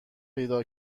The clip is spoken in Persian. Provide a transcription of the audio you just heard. پیدا